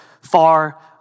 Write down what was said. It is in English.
far